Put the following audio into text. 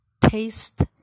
taste